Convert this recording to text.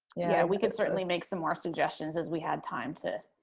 yeah, we could certainly make some more suggestions as we had time to